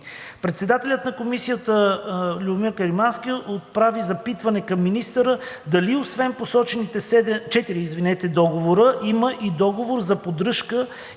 Председателят на Комисията Любомир Каримански отправи запитване към министъра дали освен посочените четири договора има и договор за поддръжка